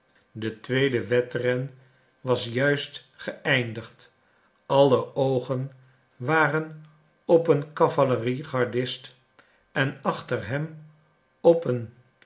de tweede wedren was juist geëindigd alle oogen waren op een cavalerie gardist en achter hem op een